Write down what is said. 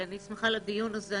אני שמחה על הדיון הזה.